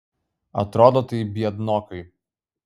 atrodo tai biednokai